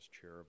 chair